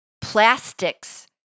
Plastics